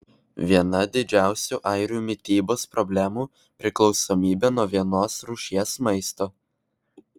viena didžiausių airių mitybos problemų priklausomybė nuo vienos rūšies maisto